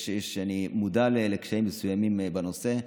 אני מודע לקשיים מסוימים בנושא.